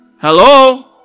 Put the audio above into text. Hello